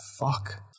fuck